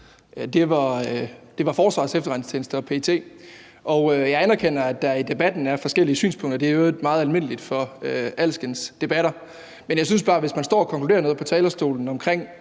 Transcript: Det var Forsvarets Efterretningstjeneste og PET. Jeg anerkender, at der i debatten er forskellige synspunkter – det er i øvrigt meget almindeligt for alskens debatter – men jeg synes bare, at hvis man står og konkluderer noget på talerstolen omkring